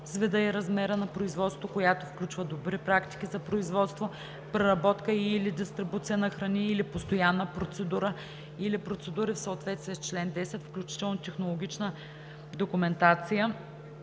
вида и размера на производството, която включва добри практики за производство, преработка и/или дистрибуция на храни, или постоянна процедура или процедури в съответствие с чл. 10, включително технологична документация